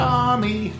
army